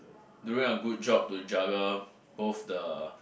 doing a good job to juggle both the